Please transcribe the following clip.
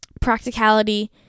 practicality